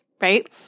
right